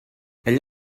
ell